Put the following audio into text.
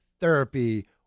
therapy